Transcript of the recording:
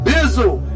Bizzle